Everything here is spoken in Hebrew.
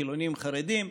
חילונים חרדים.